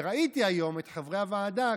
וראיתי היום את חברי הוועדה,